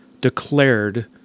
declared